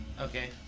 Okay